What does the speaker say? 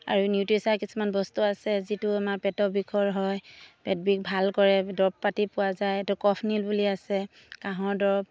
আৰু কিছুমান বস্তু আছে যিটো আমাৰ পেটৰ বিষৰ হয় পেট বিষ ভাল কৰে দৰব পাতি পোৱা যায় এইটো কফনীল বুলি আছে কাঁহৰ দৰব